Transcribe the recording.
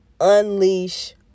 Unleash